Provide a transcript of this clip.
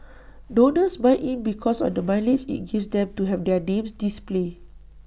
donors buy in because of the mileage IT gives them to have their names displayed